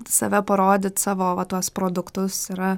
save parodyt savo va tuos produktus yra